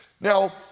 Now